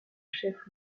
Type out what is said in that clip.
chef